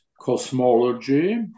cosmology